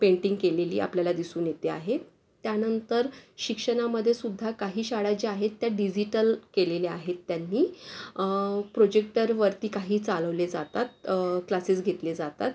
painting केलेली आपल्याला दिसून येते आहे त्यानंतर शिक्षणामध्ये सुद्धा काही शाळा ज्या आहेत त्या डिजिटल केलेल्या आहेत त्यांनी प्रोजेक्टरवरती काही चालवले जातात क्लासेस घेतले जातात